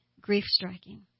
grief-striking